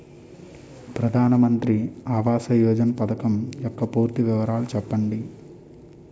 ప్రధాన మంత్రి ఆవాస్ యోజన పథకం యెక్క పూర్తి వివరాలు చెప్పండి?